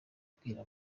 kubwiriza